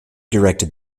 directed